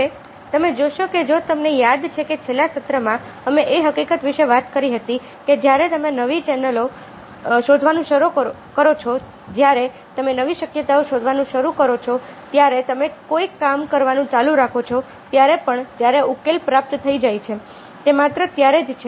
હવે તમે જોશો કે જો તમને યાદ છે કે છેલ્લા સત્રમાં અમે એ હકીકત વિશે વાત કરી હતી કે જ્યારે તમે નવી ચેનલો શોધવાનું શરૂ કરો છો જ્યારે તમે નવી શક્યતાઓ શોધવાનું શરૂ કરો છો જ્યારે તમે કોઈ કામ કરવાનું ચાલુ રાખો છો ત્યારે પણ જ્યારે ઉકેલ પ્રાપ્ત થઈ જાય છે તે માત્ર ત્યારે જ છે